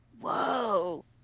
Whoa